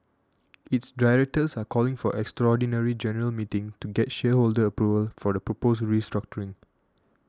its directors are calling for an extraordinary general meeting to get shareholder approval for the proposed restructuring